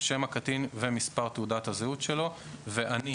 שם קטין ומס' תעודת הזהות שלו _________ ואני